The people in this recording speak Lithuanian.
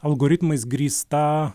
algoritmais grįsta